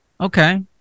Okay